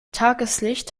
tageslicht